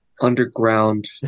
underground